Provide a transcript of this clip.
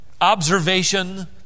Observation